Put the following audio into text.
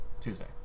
tuesday